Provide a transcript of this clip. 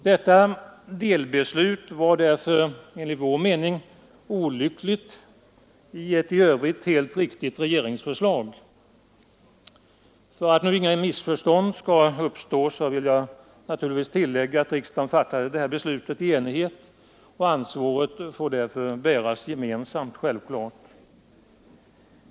Detta delbeslut var därför enligt vår mening en olycklig följd av ett i övrigt helt riktigt regeringsförslag. För att inga missförstånd skall uppstå vill jag tillägga att riksdagen fattade beslutet i enighet. Ansvaret får därför självfallet bäras gemensamt.